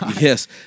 Yes